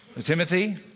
Timothy